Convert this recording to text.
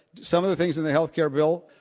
some of the things in the health care bill